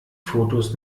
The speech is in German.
fotos